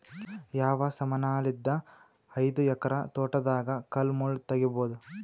ಯಾವ ಸಮಾನಲಿದ್ದ ಐದು ಎಕರ ತೋಟದಾಗ ಕಲ್ ಮುಳ್ ತಗಿಬೊದ?